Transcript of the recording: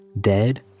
dead